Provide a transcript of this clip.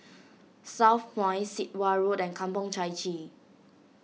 Southpoint Sit Wah Road and Kampong Chai Chee